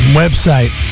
website